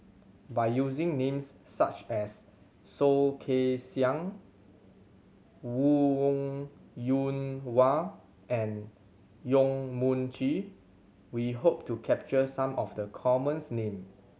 by using names such as Soh Kay Siang Wong Yoon Wah and Yong Mun Chee we hope to capture some of the commons name